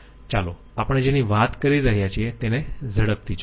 ચાલો આપણે જેની વાત કરી રહ્યા છીએ તેને ઝડપથી જોઈયે